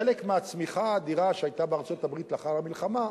חלק מהצמיחה האדירה שהיתה בארצות-הברית לאחר המלחמה,